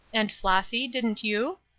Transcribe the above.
and flossy, didn't you?